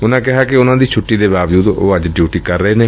ਉਨੂਾ ਕਿਹਾ ਕਿ ਉਨੂਾ ਦੀ ਛੱਟੀ ਦੇ ਬਾਵਜੂਦ ਉਹ ਅੱਜ ਡਿਊਟੀ ਕਰ ਰਹੇ ਨੇ